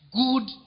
good